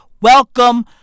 Welcome